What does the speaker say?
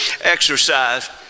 exercise